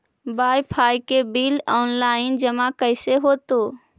Wifi के bill online जमा कैसे होतै?